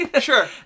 sure